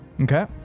Okay